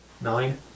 Nine